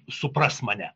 supras mane